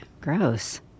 Gross